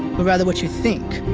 but rather what you think.